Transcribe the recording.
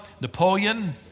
Napoleon